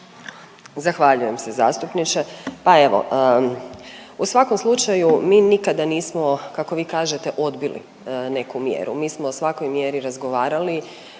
Zahvaljujem se zastupniče. Pa evo, u svakom slučaju mi nikada nismo kako vi kažete odbili neku mjeru, mi smo o svakoj mjeri razgovarali